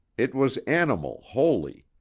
it was animal wholly.